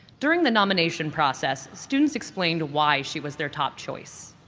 during the nomination process, students explained why she was their top choice.